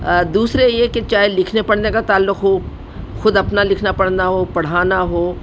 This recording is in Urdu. دوسرے یہ کہ چاہے لکھنے پڑھنے کا تعلق ہو خود اپنا لکھنا پڑھنا ہو پڑھانا ہو